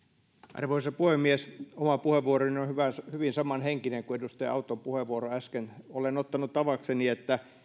arvoisa puhemies oma puheenvuoroni on hyvin samanhenkinen kuin edustaja autton puheenvuoro äsken olen ottanut tavakseni että